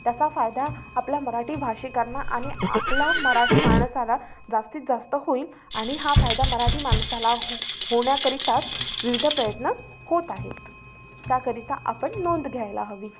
त्याचा फायदा आपल्या मराठी भाषिकांना आणि आपला मराठी माणसाला जास्तीत जास्त होईल आणि हा फायदा मराठी माणसाला हो होण्याकरीताच विविध प्रयत्न होत आहेत त्याकरिता आपण नोंद घ्यायला हवी